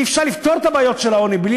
אי-אפשר לפתור את הבעיות של העוני בלי